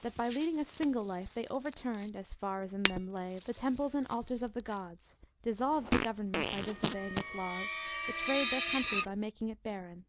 that by leading a single life they overturned, as far as in them lay, the temples and altars of the gods dissolved the government, by disobeying its laws betrayed their country, by making it barren.